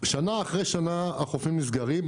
שנה אחרי שנה החופים נסגרים.